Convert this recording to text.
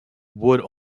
would